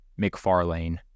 McFarlane